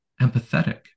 empathetic